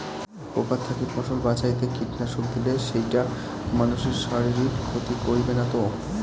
পোকার থাকি ফসল বাঁচাইতে কীটনাশক দিলে সেইটা মানসির শারীরিক ক্ষতি করিবে না তো?